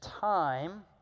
time